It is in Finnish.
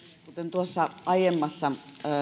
tuossa aiemmassa